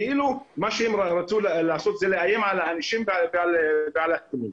כאילו שמה שהם רצו זה לאיים על האנשים ועל הקטינים.